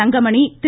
Thangamani Thiru